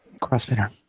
Crossfitter